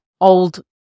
old